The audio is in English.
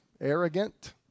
arrogant